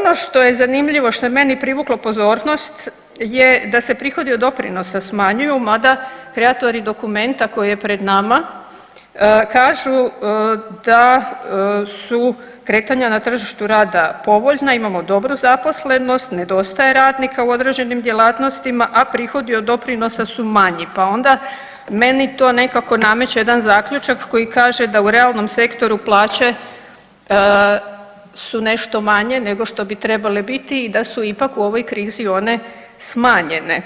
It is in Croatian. Ono što je zanimljivo, što je meni privuklo pozornost je da se prihodi od doprinosa smanjuju mada kreatori dokumenta koji je pred nama kažu da su kretanja na tržištu rada povoljna, imamo dobru zaposlenost, nedostaje radnika u određenim djelatnostima, a prihodi od doprinosa su manji, pa onda meni to nekako nameće jedan zaključak koji kaže da u realnom sektoru plaće su nešto manje nego što bi trebale biti i da su ipak u ovoj krizi one smanjene